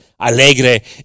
alegre